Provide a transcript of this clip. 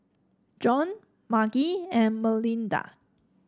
Jon Margie and Melinda